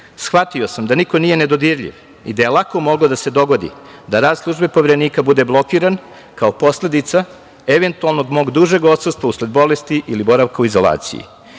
shvatio sam da niko nije nedodirljiv i da je lako moglo da se dogodi da rad službe Poverenika bude blokiran kao posledica eventualnog mog dužeg odsustva usled bolesti ili boravka u izolaciji